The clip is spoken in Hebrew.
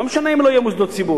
לא משנה אם לא יהיו מוסדות ציבור.